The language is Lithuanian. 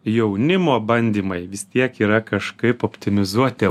jaunimo bandymai vis tiek yra kažkaip optimizuoti